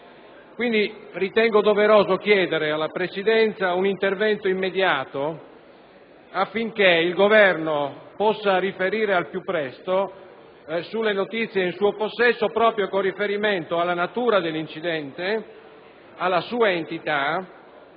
Trieste. Ritengo doveroso, quindi, chiedere alla Presidenza un intervento immediato affinché il Governo possa riferire al più presto per comunicare le notizie in suo possesso con riferimento alla natura dell'incidente, alla sua entità